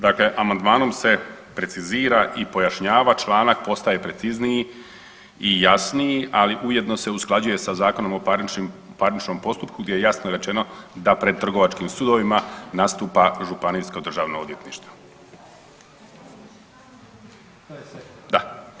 Dakle, amandmanom se precizira i pojašnjava članak postaje precizniji i jasniji, ali ujedno se i usklađuje sa Zakonom o parničnim, parničnom postupku gdje je jasno rečeno da pred trgovačkim sudovima nastupa županijsko državno odvjetništvo … [[Upadica: Ne razumije se.]] da.